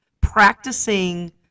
practicing